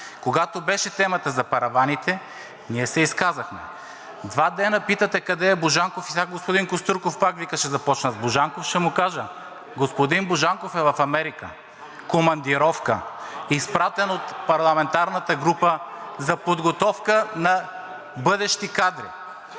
Когато беше темата за параваните, ние се изказахме. Два дена питате къде е Божанков и сега господин Костурков вика: „Пак ще започна с Божанков.“ Ще му кажа – господин Божанков е в Америка командировка. (Оживление.) Изпратен от парламентарната група за подготовка на бъдещи кадри.